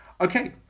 Okay